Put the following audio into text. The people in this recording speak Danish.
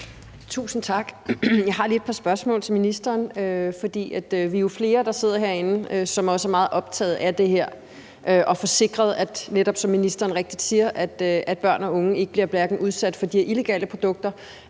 Tusind tak. Jeg har lige et par spørgsmål til ministeren. Vi er jo flere, der sidder herinde, som også er meget optaget af det her og af at få sikret, som ministeren netop så rigtigt siger, at børn og unge ikke bliver udsat for de her illegale produkter,